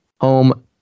home